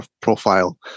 profile